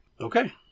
Okay